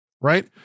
Right